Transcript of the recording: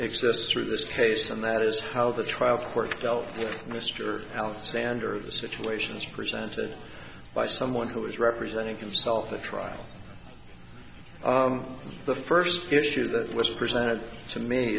exists through this case and that is how the trial court dealt mr alexander the situations presented by someone who is representing himself at trial the first issue that was presented to me